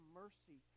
mercy